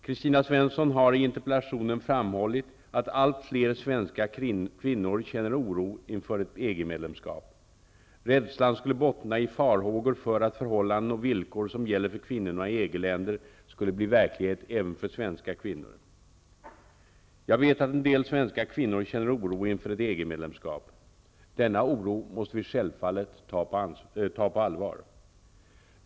Kristina Svensson har i interpellationen framhållit att allt fler svenska kvinnor känner oro inför ett EG-medlemskap. Rädslan skulle bottna i farhågor för att förhållanden och villkor som gäller för kvinnorna i EG-länder skulle bli verklighet även för svenska kvinnor. Jag vet att en del svenska kvinnor känner oro inför ett EG-medlemskap. Denna oro måste vi självfallet ta på allvar.